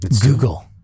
Google